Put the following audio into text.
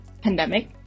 pandemic